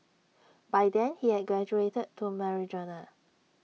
by then he had graduated to marijuana